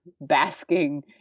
basking